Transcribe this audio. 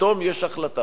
פתאום יש החלטה.